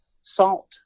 salt